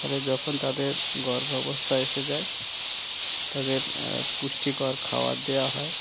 ফলে যখন তাদের গর্ভাবস্থা এসে যায় তাদের পুষ্টিকর খাওয়ার দেওয়া হয়